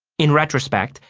in retrospect,